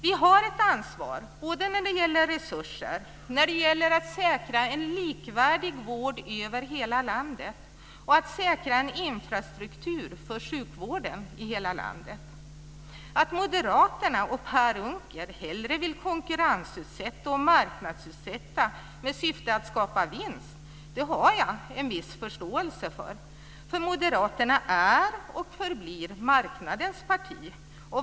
Vi har ett ansvar när det gäller resurser, när det gäller att säkra en likvärdig vård över hela landet och när det gäller att säkra en infrastruktur för sjukvården i hela landet. Att Moderaterna och Per Unckel hellre vill konkurrensutsätta och marknadsutsätta med syfte att skapa vinst har jag en viss förståelse för. Moderaterna är och förblir marknadens parti.